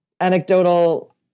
anecdotal